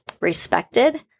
respected